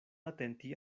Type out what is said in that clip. atenti